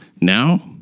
now